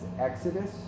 Exodus